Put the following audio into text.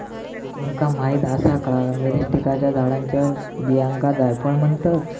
तुमका माहीत आसा का, मिरीस्टिकाच्या झाडाच्या बियांका जायफळ म्हणतत?